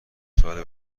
سال